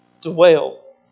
Dwell